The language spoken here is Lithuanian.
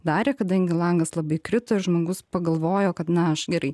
darė kadangi langas labai krito ir žmogus pagalvojo kad na aš gerai